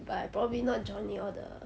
but I probably not joining all the